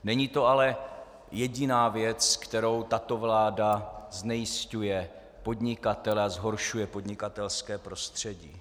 Není to ale jediná věc, kterou tato vláda znejisťuje podnikatele a zhoršuje podnikatelské prostředí.